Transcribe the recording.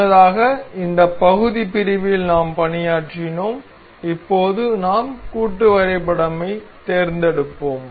முன்னதாக இந்த பகுதி பிரிவில் நாம் பணியாற்றினோம் இப்போது நாம் கூட்டு வரைபடம்யைத் தேர்ந்தெடுப்போம்